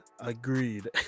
agreed